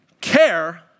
care